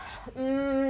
mm